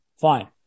Fine